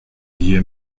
hear